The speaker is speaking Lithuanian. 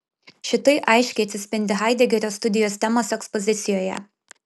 šitai aiškiai atsispindi haidegerio studijos temos ekspozicijoje